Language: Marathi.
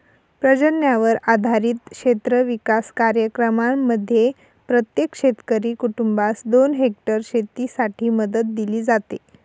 पर्जन्यावर आधारित क्षेत्र विकास कार्यक्रमांमध्ये प्रत्येक शेतकरी कुटुंबास दोन हेक्टर शेतीसाठी मदत दिली जाते